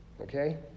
Okay